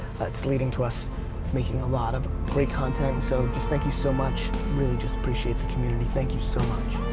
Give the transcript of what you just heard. that's leading to us making a lot of great content so just thank you so much. really just appreciate the community, thank you so much.